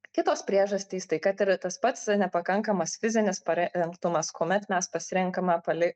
kitos priežastys tai kad ir tas pats nepakankamas fizinis parengtumas kuomet mes pasirenkame pali